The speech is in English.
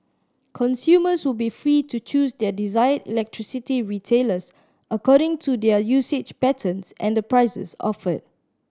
consumers will be free to choose their desired electricity retailers according to their usage patterns and the prices offered